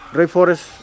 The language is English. Rainforest